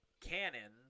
cannon